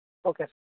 okay sir